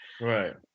right